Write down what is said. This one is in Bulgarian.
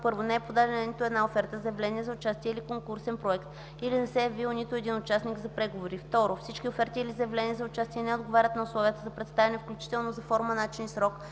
1. не е подадена нито една оферта, заявление за участие или конкурсен проект или не се е явил нито един участник за преговори; 2. всички оферти или заявления за участие не отговарят на условията за представяне, включително за форма, начин и срок,